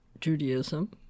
Judaism